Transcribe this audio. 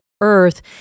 earth